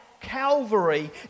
Calvary